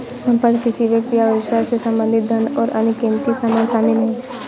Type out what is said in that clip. संपत्ति किसी व्यक्ति या व्यवसाय से संबंधित धन और अन्य क़ीमती सामान शामिल हैं